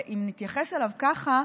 ואם נתייחס אליו ככה,